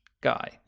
guy